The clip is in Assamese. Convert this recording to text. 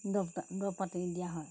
দৰৱ পাতি দৰৱ পাতি দিয়া হয়